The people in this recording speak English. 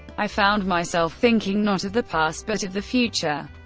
i found myself thinking not of the past, but of the future.